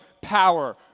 power